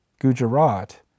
Gujarat